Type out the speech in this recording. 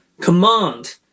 command